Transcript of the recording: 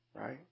right